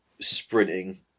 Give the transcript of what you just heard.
sprinting